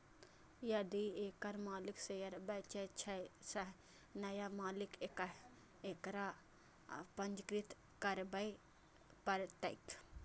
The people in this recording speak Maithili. यदि एकर मालिक शेयर बेचै छै, तं नया मालिक कें एकरा पंजीकृत करबय पड़तैक